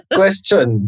question